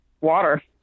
Water